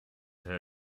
her